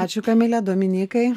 ačiū kamile dominykai